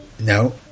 No